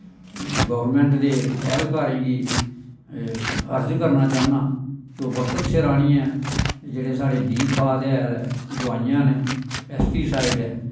government दे ऐह्लकारें गी अर्ज करना चाह्न्नां कि ओह् बक्त सिर आह्नियै जेह्ड़े साढ़े बीऽ खाद हैल ऐ दवाईयां न पैसटिसाईड